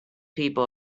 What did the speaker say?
people